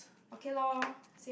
okay lor